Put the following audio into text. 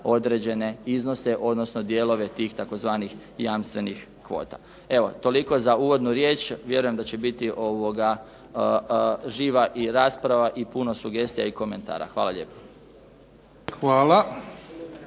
određene iznose odnosno dijelove tih tzv. jamstvenih kvota. Evo, toliko za uvodnu riječ. Vjerujem da će biti živa i rasprava i puno sugestija i komentara. Hvala lijepo.